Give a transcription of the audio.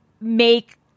make